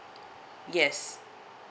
yes